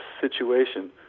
situation